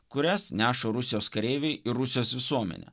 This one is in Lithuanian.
kurias neša rusijos kareiviai ir rusijos visuomenė